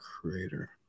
creator